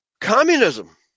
communism